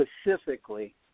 specifically